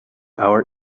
our